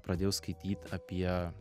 pradėjau skaityt apie